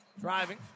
Driving